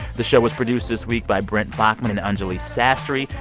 the show was produced this week by brent baughman and anjuli sastry.